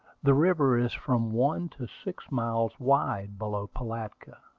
the river is from one to six miles wide below pilatka.